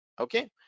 okay